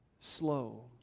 slow